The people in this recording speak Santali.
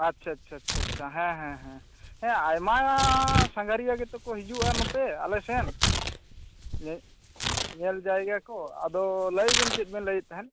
ᱟᱪᱪᱷᱟ ᱪᱷᱟ ᱪᱷᱟ ᱪᱷᱟ ᱦᱮᱸ ᱦᱮᱸ ᱦᱮᱸ ᱦᱮᱸ ᱟᱭᱢᱟ ᱥᱟᱸᱜᱷᱟᱨᱤᱭᱟᱹ ᱜᱮᱛᱳ ᱠᱚ ᱦᱤᱡᱩᱜᱼᱟ ᱱᱚᱛᱮ ᱟᱞᱮ ᱥᱮᱱ ᱧᱮᱞ ᱡᱟᱭᱜᱟ ᱠᱚ ᱟᱫᱚ ᱞᱟᱹᱭᱵᱮᱱ ᱪᱮᱫ ᱵᱮᱱ ᱞᱟᱹᱭᱮᱫ ᱛᱟᱦᱮᱱ